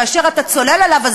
כאשר אתה צולל אליו,